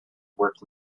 work